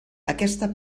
aquesta